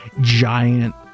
giant